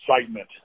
excitement